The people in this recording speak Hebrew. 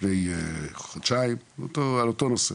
לפני חודשיים על אותו נושא.